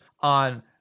on